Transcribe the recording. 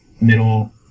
middle